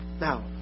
Now